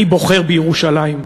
אני בוחר בירושלים.